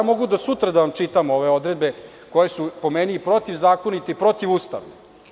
Mogu do sutra da vam čitam ove odredbe koje su po meni protivzakonite i protivustavne.